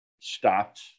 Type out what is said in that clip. stopped